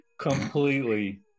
Completely